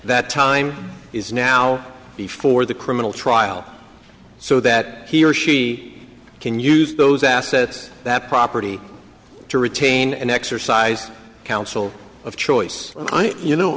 that time is now before the criminal trial so that he or she can use those assets that property to retain an exercise counsel of choice i mean you know